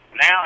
Now